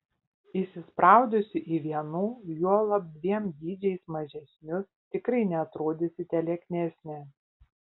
įsispraudusi į vienu juolab dviem dydžiais mažesnius tikrai neatrodysite lieknesnė